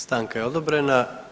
Stanka je odobrena.